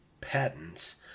patents